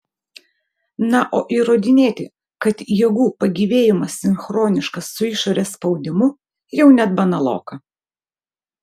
na o įrodinėti kad jėgų pagyvėjimas sinchroniškas su išorės spaudimu jau net banaloka